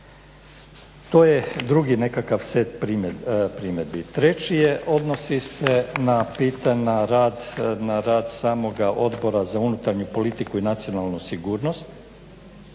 To je drugi nekakav set primjedbi. Treći je odnosi se na rad samoga Odbora za unutarnju politiku i nacionalnu sigurnost,